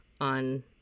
on